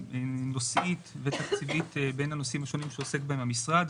נושאית ותקציבית בין הנושאים השונים שעוסק בהם המשרד.